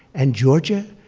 and georgia,